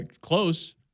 Close